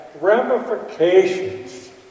ramifications